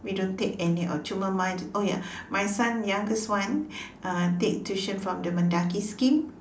we don't take any of cuma my oh ya my son youngest one uh take tuition from the Mendaki scheme